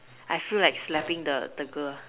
I feel like slapping the the girl